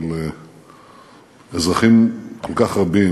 של אזרחים כל כך רבים,